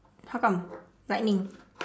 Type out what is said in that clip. how come lightning